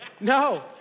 No